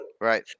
Right